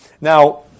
Now